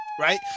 right